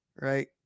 right